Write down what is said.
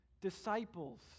Disciples